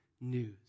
news